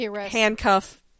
Handcuff